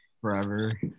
forever